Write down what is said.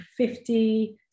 50